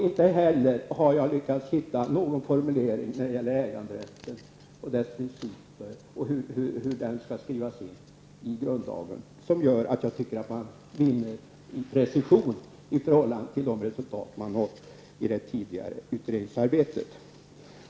Inte heller har jag lyckats hittat någon formulering när det gäller äganderätten och dess principer och hur den skall skrivas in i grundlagen som gör att jag tycker att man vinner i precision i förhållande till de resultat man nått i det tidigare utredningsarbetet.